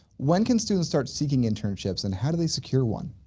when can students start seeking internships and how do they secure one?